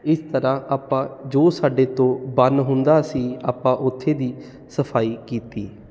ਇਸ ਤਰ੍ਹਾਂ ਆਪਾਂ ਜੋ ਸਾਡੇ ਤੋਂ ਬਣ ਹੁੰਦਾ ਸੀ ਆਪਾਂ ਉੱਥੇ ਦੀ ਸਫਾਈ ਕੀਤੀ